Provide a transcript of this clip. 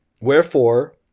Wherefore